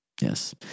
Yes